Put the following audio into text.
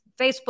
Facebook